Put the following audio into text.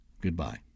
Goodbye